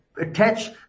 attach